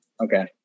Okay